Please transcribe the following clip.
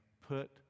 put